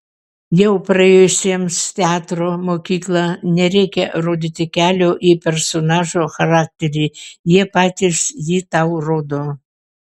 jau praėjusiems teatro mokyklą nereikia rodyti kelio į personažo charakterį jie patys jį tau rodo